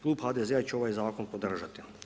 Klub HDZ-a će ovaj zakon podržati.